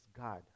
God